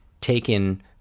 taken